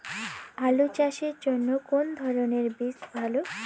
আলু চাষের জন্য কোন ধরণের বীজ ভালো?